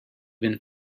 been